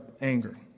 anger